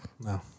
No